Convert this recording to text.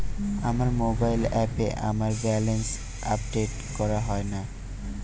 আমার মোবাইল অ্যাপে আমার ব্যালেন্স আপডেট করা হয় না